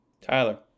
Tyler